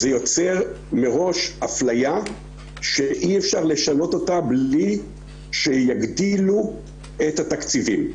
זה יוצר מראש אפליה שאי אפשר לשנות אותה בלי שיגדילו את התקציבים.